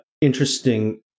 interesting